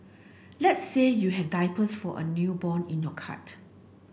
let's say you have diapers for a newborn in your cart